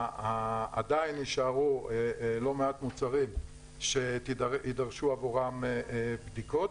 עדיין יישארו לא מעט מוצרים שיידרשו עבורם בדיקות,